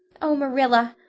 oh, marilla,